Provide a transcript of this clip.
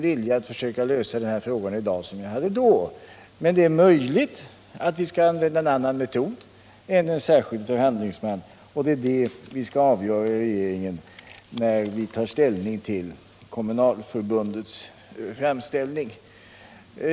Vi håller på att överväga den här saken, men det är möjligt att vi skall använda en annan metod än att tillsätta en särskild förhandlingsman, och det är det vi skall avgöra i regeringen när vi tar ställning till Kommunalförbundets framställning.